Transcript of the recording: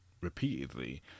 repeatedly